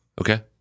Okay